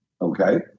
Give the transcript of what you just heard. Okay